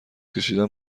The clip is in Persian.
کشیدن